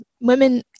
women